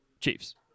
chiefs